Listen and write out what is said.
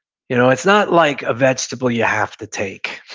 you know it's not like a vegetable you have to take.